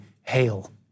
Hail